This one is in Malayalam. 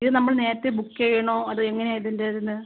ഇത് നമ്മൾ നേരത്തെ ബുക്ക് ചെയ്യണോ അതോ എങ്ങനെയാണ് ഇതിൻ്റെ വരുന്നത്